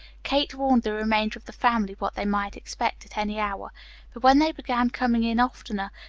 kate warned the remainder of the family what they might expect at any hour but when they began coming in oftener,